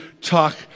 talk